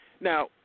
Now